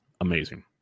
Amazing